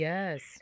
Yes